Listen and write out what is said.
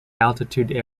altitude